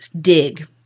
dig